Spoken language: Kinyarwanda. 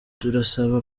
turasaba